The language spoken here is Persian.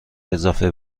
اضافه